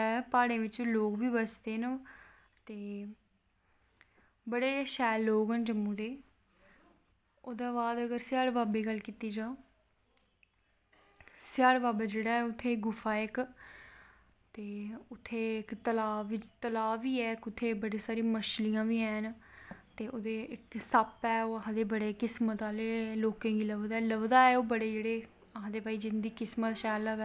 भगवान दी कृपा रेही जिसले बनगा ते उत्थें बी जाह्गे अयोध्य बी फिर जाह्गे ते दर्शन करी औगे ते ओह्दे बाद फिर हून अस गे हे अस गे हे काशी विशवनाथ शिव जी दै स्थान शिव जी दा उद्दर शिव लिंग ऐ काशी विशव नाथ जी उत्थें बी बड़े अच्छे उद्दर बी बड़े घाट न उत्थें बी गंगा ऐ ते गंगा च सनान ते